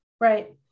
Right